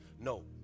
No